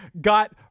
got